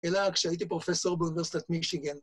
אלא כשהייתי פרופסור באוניברסיטת מישיגן.